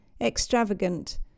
extravagant